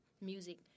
music